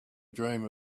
dream